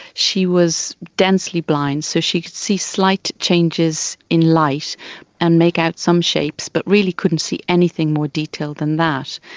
she was densely blind, so she could see slight changes in light and make out some shapes, but really couldn't see anything more detailed than that.